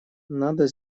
надо